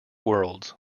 worlds